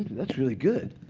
that's really good.